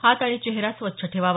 हात आणि चेहरा स्वच्छ ठेवावा